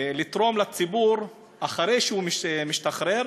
לתרום לציבור אחרי שהוא משתחרר,